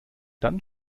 dann